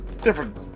Different